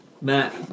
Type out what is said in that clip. Matt